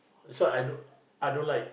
so I don't I don't like